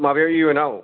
माबायाव इउएन आव